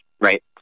right